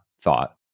thought